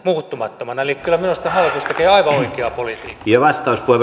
eli kyllä minusta hallitus tekee aivan oikeaa politiikkaa